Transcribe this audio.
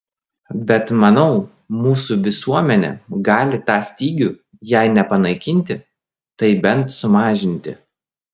bet manau mūsų visuomenė gali tą stygių jei ne panaikinti tai bent sumažinti